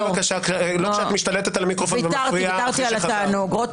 וחזרתי כמו כולם.